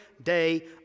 day